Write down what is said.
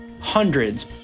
Hundreds